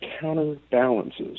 counterbalances